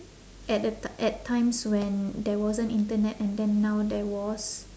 at the t~ at times when there wasn't internet and then now there was